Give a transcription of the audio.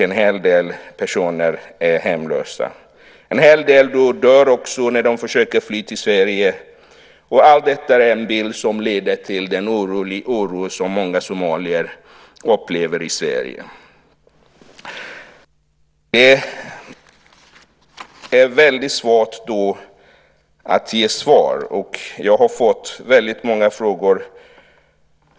En hel del personer är hemlösa. En hel del dör också när de försöker fly till Sverige. Detta är en bild som leder till den oro som många somalier upplever i Sverige. Det är väldigt svårt att ge svar, och jag har fått väldigt många frågor.